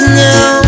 now